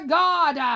god